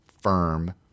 firm